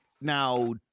now